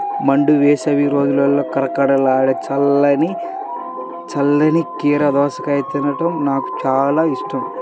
మండు వేసవి రోజుల్లో కరకరలాడే చల్ల చల్లని కీర దోసకాయను తినడం నాకు చాలా ఇష్టం